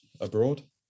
abroad